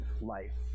life